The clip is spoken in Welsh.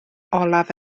olaf